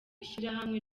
ishyirahamwe